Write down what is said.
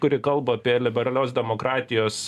kuri kalba apie liberalios demokratijos